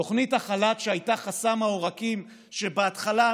תוכנית החל"ת הייתה חסם העורקים בהתחלה,